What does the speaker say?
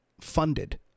funded